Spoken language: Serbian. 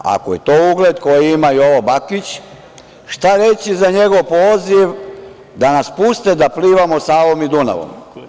Ako je to ugled koji ima Jovo Bakić, šta reći za njegov poziv da nas puste da plivamo Savom i Dunavom.